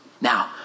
Now